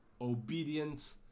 Obedient